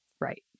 Right